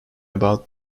about